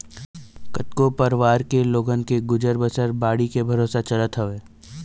कतको परवार के लोगन के गुजर बसर बाड़ी के भरोसा चलत हवय